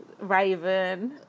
Raven